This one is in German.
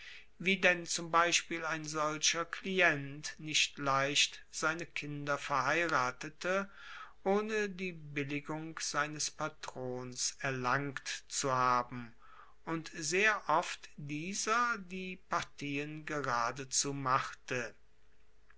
wie denn zum beispiel ein solcher klient nicht leicht seine kinder verheiratete ohne die billigung seines patrons erlangt zu haben und sehr oft dieser die partien geradezu machte